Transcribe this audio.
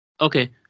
Okay